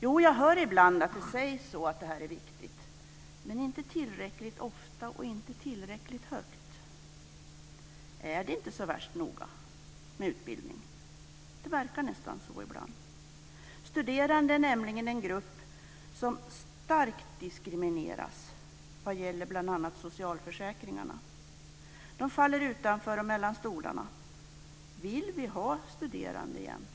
Jo, jag hör ibland att det sägs att det här är viktigt, men inte tillräckligt ofta och inte tillräckligt högt. Är det inte så värst noga med utbildning? Det verkar nästan så ibland. Studerande är nämligen en grupp som starkt diskrimineras vad gäller bl.a. socialförsäkringarna. De faller utanför och mellan stolarna. Vill vi ha studerande egentligen?